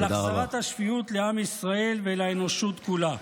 החזרת השפיות לעם ישראל ולאנושות כולה.